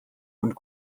und